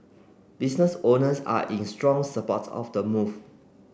business owners are in strong support of the move